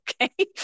okay